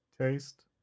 taste